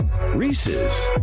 Reese's